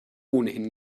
ohnehin